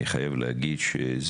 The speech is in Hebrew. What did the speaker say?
אני שמח שהוא נמצא פה,